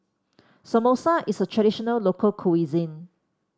samosa is a traditional local cuisine